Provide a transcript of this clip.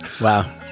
Wow